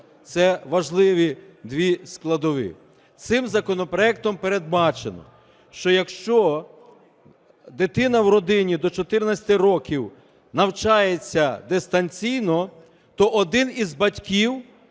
Це важливі дві складові. Цим законопроектом передбачено, що якщо дитина в родині до 14 років навчається дистанційно, то один із батьків